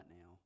now